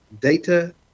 data